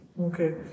Okay